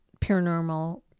paranormal